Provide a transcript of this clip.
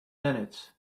minutes